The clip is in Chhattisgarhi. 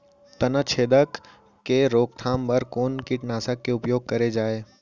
तनाछेदक के रोकथाम बर कोन कीटनाशक के उपयोग करे जाये?